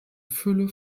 fülle